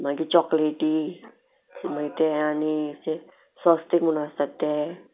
मागी चॉकलेटी मागीर ते आनी अशे सस्ते म्हणून आसतात ते